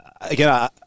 again